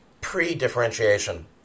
pre-differentiation